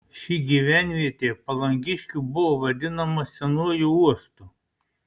ši gyvenvietė palangiškių buvo vadinama senuoju uostu